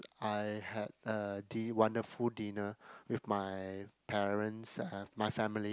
I had a di~ wonderful dinner with my parents uh my family